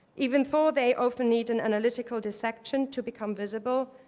even though they often need an analytical dissection to become visible,